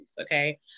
okay